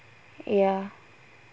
ya